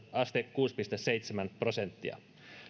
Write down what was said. kuusi pilkku seitsemän prosenttia